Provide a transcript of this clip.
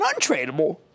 untradable